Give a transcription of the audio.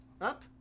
Up